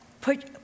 Put